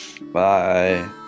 Bye